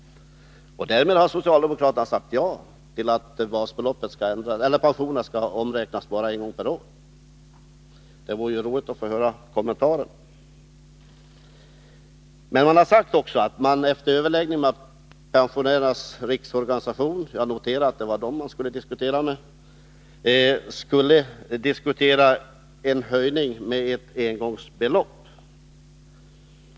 Därmed har socialdemokraterna sagt ja till att pensionerna skall omräknas bara en gång per år. Det vore roligt att få höra någon kommentar. Men man har också sagt att man efter överläggningar med Pensionärernas riksorganisation — jag noterar att det var med PRO som överläggningarna skulle hållas — skulle kunna diskutera en höjning med ett engångsbelopp.